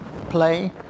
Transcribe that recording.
play